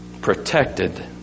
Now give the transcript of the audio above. protected